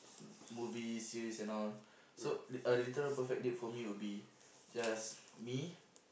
m~ movies series and all so a literal perfect date for me would be just me